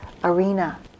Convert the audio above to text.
arena